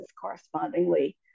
correspondingly